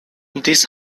this